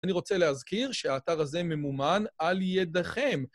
אני רוצה להזכיר שהאתר הזה ממומן על ידיכם.